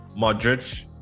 modric